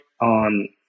on